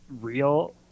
real